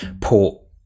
port